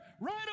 right